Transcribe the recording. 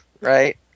right